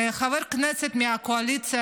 חבר כנסת מהקואליציה,